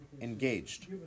engaged